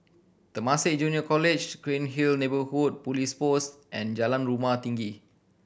Temasek Junior College Cairnhill Neighbourhood Police Post and Jalan Rumah Tinggi